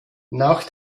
nach